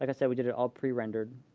like i said, we did it all prerendered,